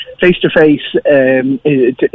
face-to-face